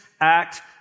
act